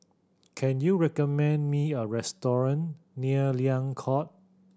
can you recommend me a restaurant near Liang Court